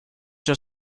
your